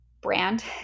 brand